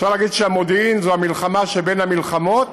אפשר להגיד שהמודיעין, זו המלחמה שבין המלחמות